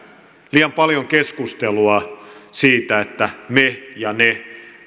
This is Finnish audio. liian paljon keskustelua että me ja ne